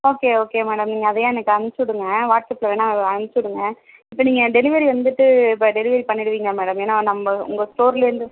okay okay madam நீங்கள் அதையே எனக்கு அனுப்ச்சிவிடுங்க வாட்ஸப்பில் வேணா அதை அனுப்பிச்சிவுடுங்க இப்போ நீங்கள் டெலிவரி வந்துவிட்டு இப்போ டெலிவரி பண்ணிவிடுவிங்களா மேடம் ஏன்னா நம்ப உங்கள் ஸ்டோர்யிலேந்து